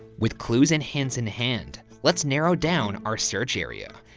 with clues and hints in hand, let's narrow down our search area.